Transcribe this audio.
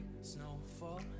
snowfall